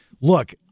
look